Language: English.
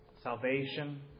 Salvation